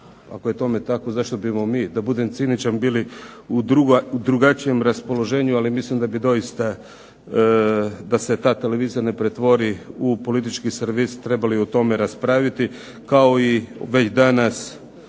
Ako je tome tako zašto bismo mi, da budem ciničan, bili u drugačijem raspoloženju, ali mislim da bi doista, da se ta televizija ne pretvori u politički servis, trebali o tome raspraviti, kao i već danas